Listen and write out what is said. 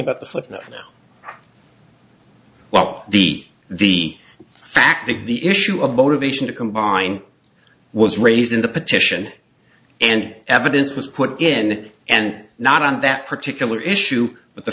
about the sleep now well the the fact that the issue of motivation to combine was raised in the petition and evidence was put in and not on that particular issue but the